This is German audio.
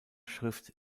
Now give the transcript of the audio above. schrift